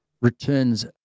returns